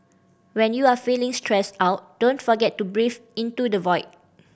when you are feeling stressed out don't forget to breathe into the void